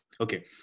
Okay